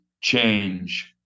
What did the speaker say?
change